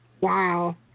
Wow